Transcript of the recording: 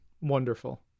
Wonderful